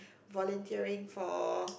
volunteering for